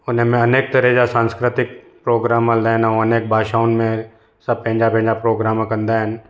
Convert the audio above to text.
हुनमें अनेक तराहं जा सांस्कृतिक प्रोग्राम हलंदा आहिनि ऐं अनेक भाषाउनि में सभु पंहिंजा पंहिंजा प्रोग्राम कंदा आहिनि